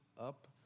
up